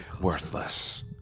Worthless